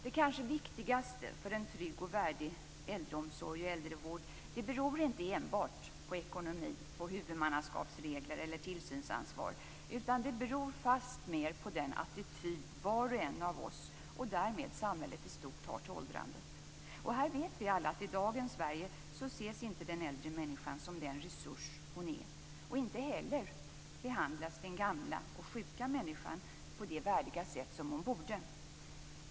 Det kanske viktigaste för en trygg och värdig äldreomsorg och äldrevård beror inte enbart på ekonomin, huvudmannaskapsregler eller tillsynsansvar, utan fastmer på den attityd var och en av oss, och därmed samhället i stort, har till åldrandet. Vi vet alla att i dagens Sverige ses inte den äldre människan som den resurs hon är. Inte heller behandlas den gamla, sjuka människan på det värdiga sätt som hon borde.